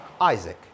Isaac